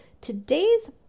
Today's